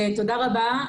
תודה רבה,